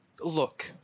Look